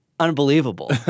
Unbelievable